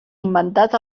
inventat